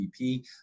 PPP